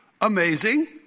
amazing